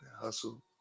Hustle